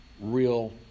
real